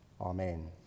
Amen